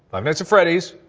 um nights at freddy's.